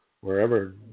wherever